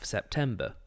September